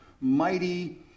mighty